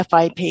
FIP